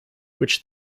which